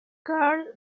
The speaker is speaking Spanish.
karl